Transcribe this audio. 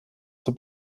zur